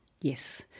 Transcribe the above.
Yes